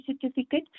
certificate